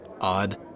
odd